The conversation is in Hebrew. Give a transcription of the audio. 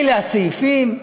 אלה הסעיפים,